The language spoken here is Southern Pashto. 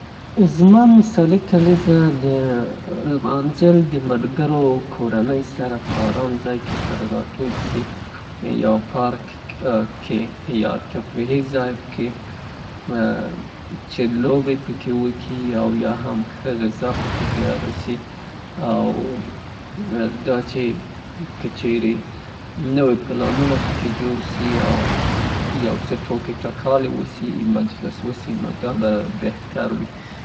زما په نظر یو مثالي او په زړه پورې کالیزه به داسې وي چه هغه له دوستانو سره ، ملګرو سره ، فامیل سره ولمانځل سي او داسې یو څای وي چه هلته چه هغه خپله ستړیا پکې رفعه سي، البته د لوبو او خندا یو جای یي. که چیرې ارامه موسیقي هم پکې وي دا به بهتره وي او یوه ښه فضا وي.